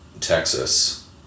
Texas